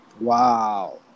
Wow